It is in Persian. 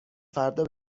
فردا